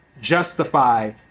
Justify